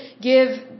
give